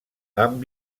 amb